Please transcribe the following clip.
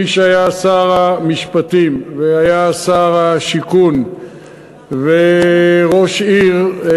מי שהיה שר המשפטים והיה שר השיכון וראש עיר,